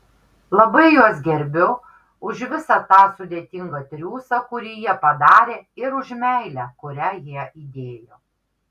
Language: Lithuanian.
labai juos gerbiu už visą tą sudėtingą triūsą kurį jie padarė ir už meilę kurią jie įdėjo